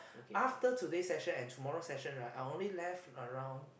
after today session and tomorrow session right I only left around